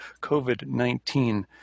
COVID-19